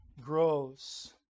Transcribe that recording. grows